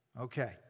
okay